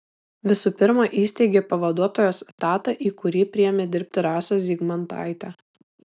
visų pirma įsteigė pavaduotojos etatą į kurį priėmė dirbti rasą zygmantaitę